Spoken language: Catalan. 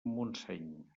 montseny